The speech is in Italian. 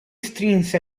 strinse